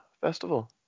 festival